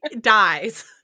dies